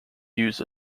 used